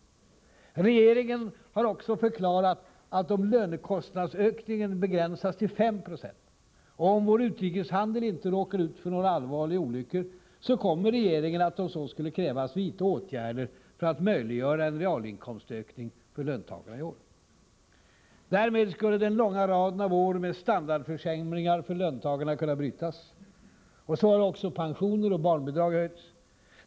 Regeringen har också förklarat, att om lönekostnadsökningen begränsas till 5 96, och om vår utrikeshandel inte råkar ut för några allvarliga olyckor, kommer regeringen att — om så skulle krävas — vidta åtgärder för att möjliggöra en realinkomstökning för löntagarna i år. Därmed skulle den långa raden av år med standardförsämringar för löntagarna kunna brytas. Så har också pensioner och barnbidrag höjts.